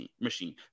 machine